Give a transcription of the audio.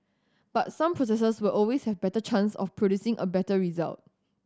but some processes will always have better chance of producing a better result